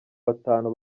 batanu